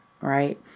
right